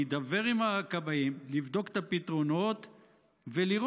להידבר עם הכבאים, לבדוק את הפתרונות ולראות.